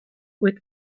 with